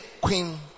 Queen